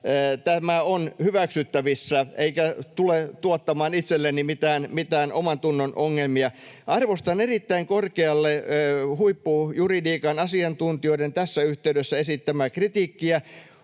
tämä on hyväksyttävissä eikä tule tuottamaan itselleni mitään omantunnon ongelmia. Arvostan erittäin korkealle huippujuridiikan asiantuntijoiden tässä yhteydessä esittämää kritiikkiä.